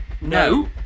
No